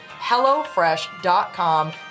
HelloFresh.com